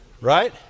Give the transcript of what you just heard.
Right